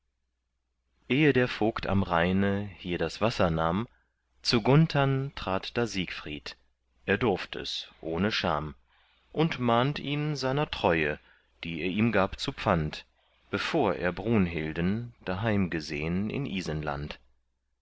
ehe der vogt am rheine hier das wasser nahm zu gunthern trat da siegfried er durft es ohne scham und mahnt ihn seiner treue die er ihm gab zu pfand bevor er brunhilden daheim gesehn in isenland